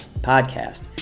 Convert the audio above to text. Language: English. Podcast